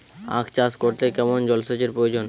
আখ চাষ করতে কেমন জলসেচের প্রয়োজন?